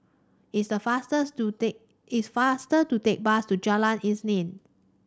it's the fasters to take it's faster to tack bus to Jalan Isnin